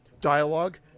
dialogue